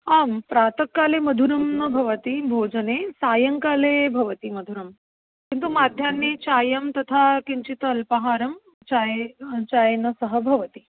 आं प्रातः काले मधुरं न भवति भोजने सायङ्काले भवति मधुरं किन्तु मध्याह्ने चायं तथा किञ्चित् अल्पाहारः चाये चायेन सह भवति